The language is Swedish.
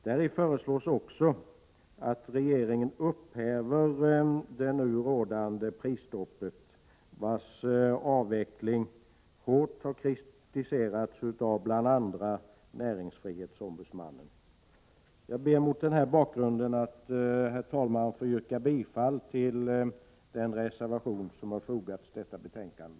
Däri föreslås också att regeringen upphäver det nu rådande prisstoppet, vars avveckling hårt har kritiserats av bl.a. näringsfrihetsombudsmannen. Herr talman! Jag ber mot den här bakgrunden att få yrka bifall till den reservation som har fogats till detta betänkande.